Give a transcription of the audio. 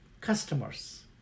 customers